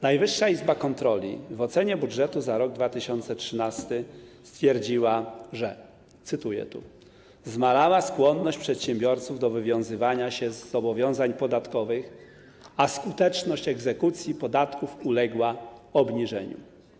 Najwyższa Izba Kontroli w ocenie budżetu za rok 2013 stwierdziła, cytuję: zmalała skłonność przedsiębiorców do wywiązywania się ze zobowiązań podatkowych, a skuteczność egzekucji podatków uległa obniżeniu.